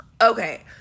okay